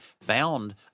found